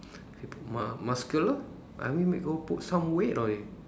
you put mu~ muscular I mean make put some weight or you